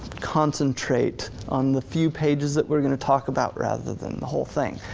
concentrate on the few pages that we're gonna talk about rather than the whole thing.